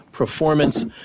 performance